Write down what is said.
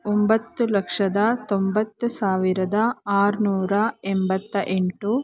ಒಂಬತ್ತು ಲಕ್ಷದ ತೊಂಬತ್ತು ಸಾವಿರದ ಆರುನೂರ ಎಂಬತ್ತ ಎಂಟು